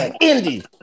Indy